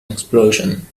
explosion